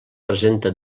presenta